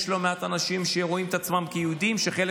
יש לא מעט אנשים שרואים את עצמם כיהודים וחלק